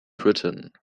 britain